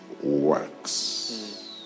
works